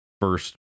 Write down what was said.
first